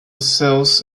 cells